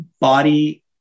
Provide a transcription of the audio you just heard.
body